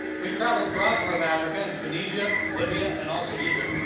we traveled throughout north africa in tunisia, libya and also egypt.